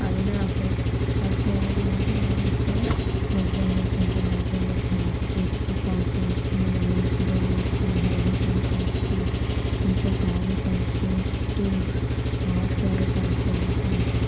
అయినా అసలు వాళ్ళు తయారు ఎంత బాగా చేస్తారు మగ్గం వర్క్ అంటే మగ్గం వర్క్ మ్యారేజస్కి ఫంక్షన్స్కి నేమ్ సెరమనికి హల్దీ ఫంక్షన్స్కి ఇంక సారి ఫంక్షన్స్కి హాఫ్ సారీ ఫంక్షన్కి